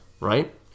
Right